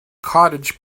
cottage